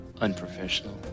unprofessional